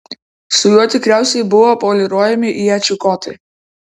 su juo tikriausiai buvo poliruojami iečių kotai